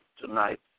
tonight